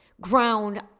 ground